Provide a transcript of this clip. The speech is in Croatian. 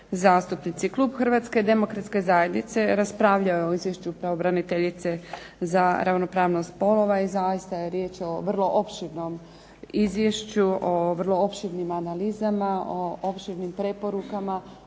zastupnici. Klub Hrvatske demokratske zajednice raspravljao je o izvješću pravobraniteljice za ravnopravnost spolova i zaista je riječ o vrlo opširnom izvješću o vrlo opširnim analizama, o opširnim preporukama